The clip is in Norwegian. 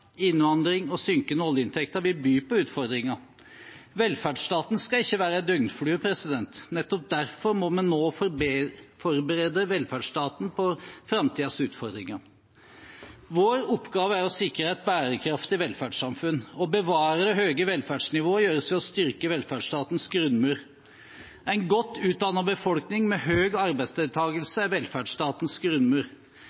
innvandring og synkende oljeinntekter vil by på utfordringer. Velferdsstaten skal ikke være en døgnflue. Nettopp derfor må vi nå forberede velferdsstaten på framtidens utfordringer. Vår oppgave er å sikre et bærekraftig velferdssamfunn. Å bevare det høye velferdsnivået gjøres ved å styrke velferdsstatens grunnmur. En godt utdannet befolkning med